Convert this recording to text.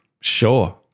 sure